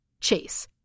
Chase